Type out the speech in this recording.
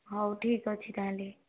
ହଉ ଠିକ୍ ଅଛି ତା'ହେଲେ